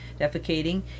defecating